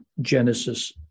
Genesis